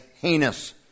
heinous